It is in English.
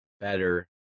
better